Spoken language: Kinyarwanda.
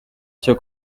cyo